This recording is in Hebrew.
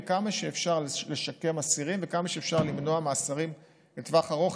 וכמה שאפשר לשקם אסירים וכמה שאפשר למנוע מאסרים לטווח ארוך,